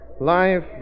Life